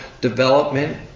development